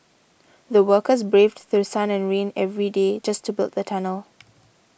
the workers braved through sun and rain every day just to build the tunnel